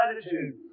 attitude